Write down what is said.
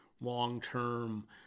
Long-term